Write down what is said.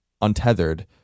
untethered